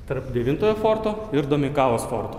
tarp devintojo forto ir domeikavos forto